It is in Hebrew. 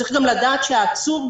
צריך גם לדעת שהעצור,